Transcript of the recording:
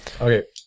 Okay